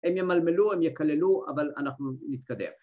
‫הם ימלמלו, הם יקללו, ‫אבל אנחנו נתקדם.